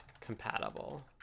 compatible